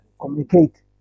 communicate